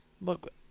look